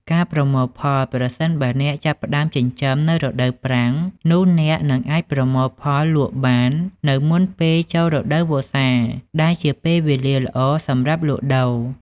ការប្រមូលផល ប្រសិនបើអ្នកចាប់ផ្ដើមចិញ្ចឹមនៅរដូវប្រាំង នោះអ្នកនឹងអាចប្រមូលផលលក់បាននៅមុនពេលចូលរដូវវស្សា ដែលជាពេលវេលាល្អសម្រាប់លក់ដូរ។